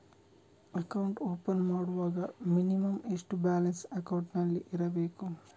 Account open ಮಾಡುವಾಗ minimum ಎಷ್ಟು balance ಅಕೌಂಟಿನಲ್ಲಿ ಇರಬೇಕು?